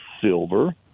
silver